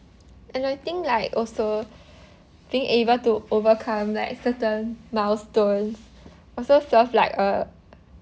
and I think like also being able to overcome like certain milestones also serves like a